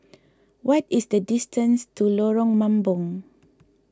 what is the distance to Lorong Mambong